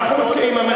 מליאה.